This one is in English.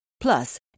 Plus